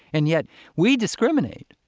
and yet we discriminate.